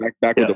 back